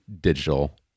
digital